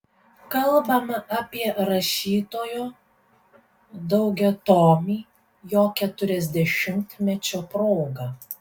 kalbame apie rašytojo daugiatomį jo keturiasdešimtmečio proga